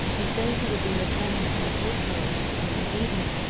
as daisy would be returning from a sleepover on sunday evening,